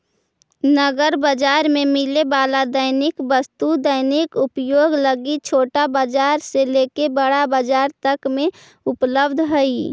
नगर बाजार में मिले वाला दैनिक वस्तु दैनिक उपयोग लगी छोटा बाजार से लेके बड़ा बाजार तक में उपलब्ध हई